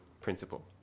principle